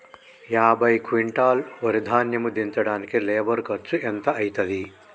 యాభై క్వింటాల్ వరి ధాన్యము దించడానికి లేబర్ ఖర్చు ఎంత అయితది?